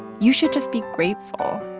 you should just be grateful